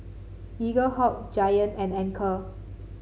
Eaglehawk Giant and Anchor